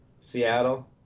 Seattle